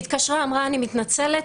התקשרה ואמרה שהיא מתנצלת,